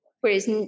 Whereas